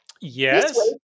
Yes